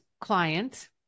client